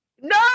No